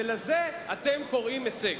ולזה אתם קוראים הישג.